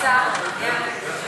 באמת.